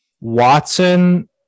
Watson